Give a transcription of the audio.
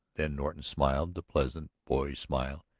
then norton smiled, the pleasant boyish smile,